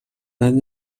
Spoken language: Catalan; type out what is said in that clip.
anys